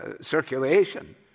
circulation